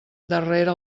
darrere